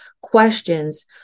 questions